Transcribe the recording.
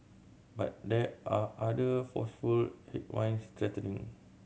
but there are other forceful headwinds threatening